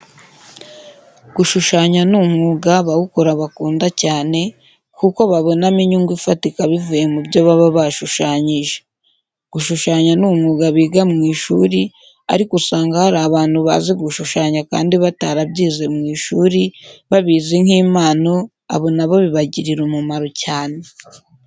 Gushushanya ni umwuga abawukora bakunda kuko babonamo inyungu ifatika bivuye mu byo baba bashushanyije. Gushushanya ni umwuga biga mu ishuri, ariko usanga hari abantu bazi gushushanya kandi batarabyize mu ishuri, babizi nk'impano, abo na bo bibagirira umumaro cyane.